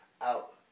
out